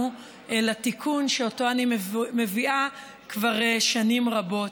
לתיקון שאותו אני מביאה כבר לפני שנים רבות.